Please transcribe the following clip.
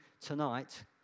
tonight